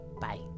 Bye